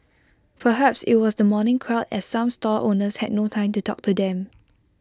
perhaps IT was the morning crowd as some stall owners had no time to talk to them